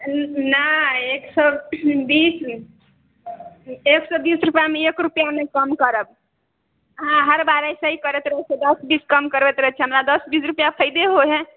नहि एक सए बीस एक सए बीस रूपैआमे एक रूपैआ नहि कम करब अहाँ हर बार ऐसे ही करैत रहै छियै दस बीस कम करबैत रहै छियै हमरा दस बीस रूपैआ फायदे होइ है